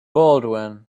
baldwin